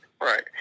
Right